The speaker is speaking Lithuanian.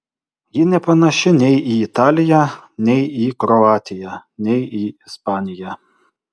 ji nepanaši nei į italiją nei į kroatiją nei į ispaniją